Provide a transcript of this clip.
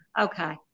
okay